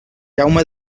jaume